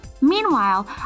Meanwhile